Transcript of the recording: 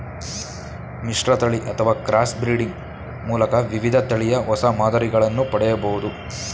ಮಿಶ್ರತಳಿ ಅಥವಾ cross breeding ಮೂಲಕ ವಿವಿಧ ತಳಿಯ ಹೊಸ ಮಾದರಿಗಳನ್ನು ಪಡೆಯಬೋದು